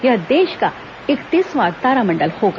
यह देश का इकतीसवां तारामंडल होगा